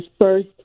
first